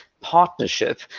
partnership